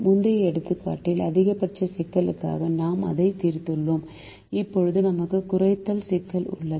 முந்தைய எடுத்துக்காட்டில் அதிகபட்ச சிக்கலுக்காக நாம் அதைத் தீர்த்துள்ளோம் இப்போது நமக்கு குறைத்தல் சிக்கல் உள்ளது